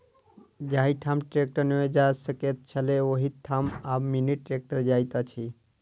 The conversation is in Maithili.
जाहि ठाम ट्रेक्टर नै जा सकैत छलै, ओहि ठाम आब मिनी ट्रेक्टर जाइत अछि